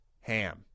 Ham